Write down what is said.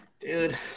Dude